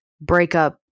breakup